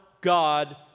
God